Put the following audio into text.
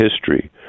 history